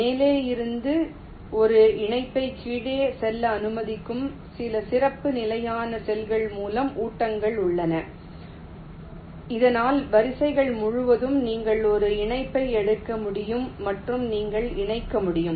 மேலேயிருந்து ஒரு இணைப்பை கீழே செல்ல அனுமதிக்கும் சில சிறப்பு நிலையான செல்கள் மூலம் ஊட்டங்கள் உள்ளன இதனால் வரிசைகள் முழுவதும் நீங்கள் ஒரு இணைப்பை எடுக்க முடியும் மற்றும் நீங்கள் இணைக்க முடியும்